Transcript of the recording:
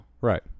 right